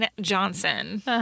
Johnson